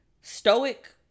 stoic